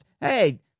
hey